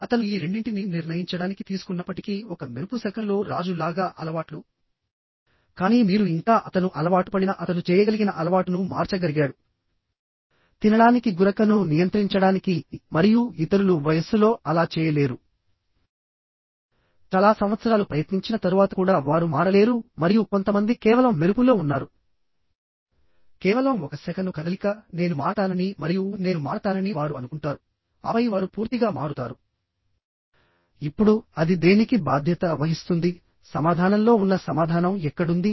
అతను ఈ రెండింటిని నిర్ణయించడానికి తీసుకున్నప్పటికీ ఒక మెరుపు సెకనులో రాజు లాగా అలవాట్లు కానీ మీరు ఇంకా అతను అలవాటుపడిన అతను చేయగలిగిన అలవాటును మార్చగలిగాడు తినడానికి గురకను నియంత్రించడానికి మరియు ఇతరులు వయస్సులో అలా చేయలేరు చాలా సంవత్సరాలు ప్రయత్నించిన తరువాత కూడా వారు మారలేరు మరియు కొంతమంది కేవలం మెరుపులో ఉన్నారు కేవలం ఒక సెకను కదలిక నేను మారతానని మరియు నేను మారతానని వారు అనుకుంటారు ఆపై వారు పూర్తిగా మారుతారు ఇప్పుడు అది దేనికి బాధ్యత వహిస్తుంది సమాధానంలో ఉన్న సమాధానం ఎక్కడుంది